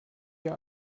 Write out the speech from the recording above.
ihr